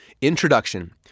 Introduction